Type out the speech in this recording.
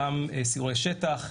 גם סיורי שטח.